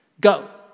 go